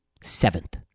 Seventh